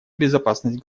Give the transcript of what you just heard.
безопасность